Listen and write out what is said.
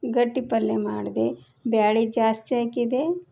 ಗಟ್ಟಿ ಪಲ್ಯ ಮಾಡಿದೆ ಬ್ಯಾಳೆ ಜಾಸ್ತಿ ಹಾಕಿದೆ